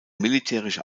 militärische